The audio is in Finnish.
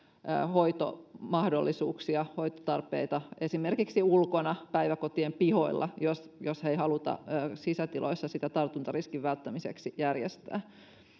hoitomahdollisuuksia hoitotarpeita varten esimerkiksi ulkona päiväkotien pihoilla jos jos ei haluta sisätiloissa sitä tartuntariskin välttämiseksi järjestää